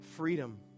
freedom